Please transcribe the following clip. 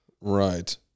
Right